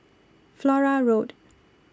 Flora Road